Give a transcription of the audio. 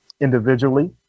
individually